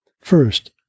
first